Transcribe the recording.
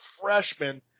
freshman